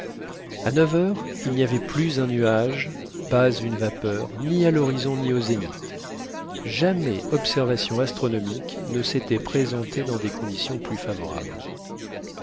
à neuf heures il n'y avait plus un nuage pas une vapeur ni à l'horizon ni au zénith jamais observation astronomique ne s'était présentée dans des conditions plus favorables